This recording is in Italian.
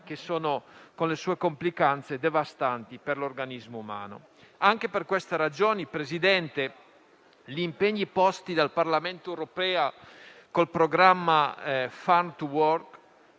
che, con le loro complicanze, sono devastanti per l'organismo umano. Anche per questa ragione, signor Presidente, gli impegni posti dal Parlamento europeo col programma Farm to fork